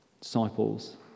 disciples